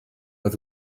oedd